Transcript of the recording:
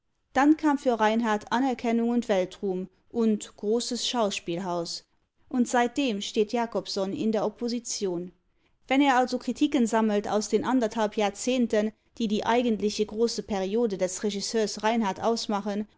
dann kam für reinhardt anerkennung und weltruhm und großes schauspielhaus und seitdem steht jacobsohn in der opposition wenn er also kritiken sammelt aus den anderthalb jahrzehnten die die eigentliche große periode des regisseurs reinhardt ausmachen